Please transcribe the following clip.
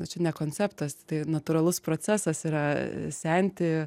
nu čia ne konceptas tai natūralus procesas yra senti